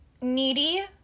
needy